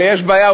אלא יש בעיה,